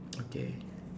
okay